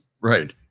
Right